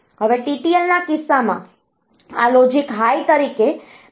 હવે TTLના કિસ્સામાં આ લોજિક હાઈ તરીકે 2